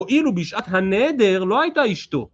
או אילו בשעת הנדר לא הייתה אשתו.